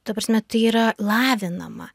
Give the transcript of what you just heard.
ta prasme tai yra lavinama